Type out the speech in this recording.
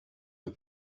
for